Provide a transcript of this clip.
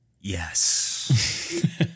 Yes